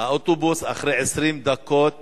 האוטובוס עבר אחרי 20 דקות